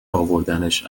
اوردنش